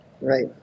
Right